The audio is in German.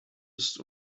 ist